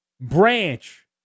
branch